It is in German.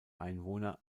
einwohner